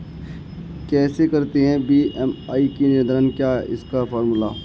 कैसे करते हैं बी.एम.आई का निर्धारण क्या है इसका फॉर्मूला?